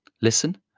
Listen